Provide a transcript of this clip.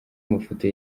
amafoto